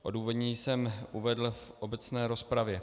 Odůvodnění jsem uvedl v obecné rozpravě.